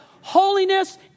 Holiness